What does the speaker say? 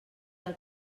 del